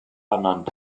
ernannt